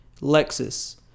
Lexus